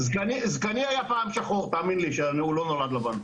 זקני היה פעם שחור, תאמין לי שהוא לא נולד לבן.